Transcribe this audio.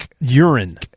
urine